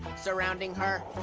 surrounding her.